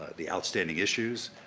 the outstanding issues,